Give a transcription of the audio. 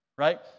Right